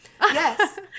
Yes